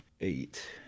eight